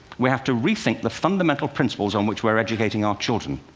we have to rethink the fundamental principles on which we're educating our children.